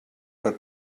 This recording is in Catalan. per